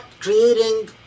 creating